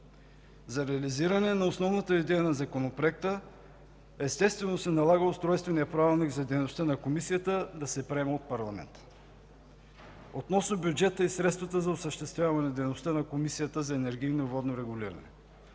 За реализиране на основната идея на законопроекта естествено се налага Устройственият правилник за дейността на Комисията да се приема от парламента. Относно бюджета и средствата за осъществяване на дейността на Комисията за енергийно и водно регулиране.